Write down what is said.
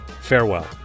farewell